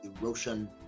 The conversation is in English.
erosion